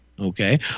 Okay